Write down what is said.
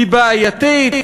היא בעייתית.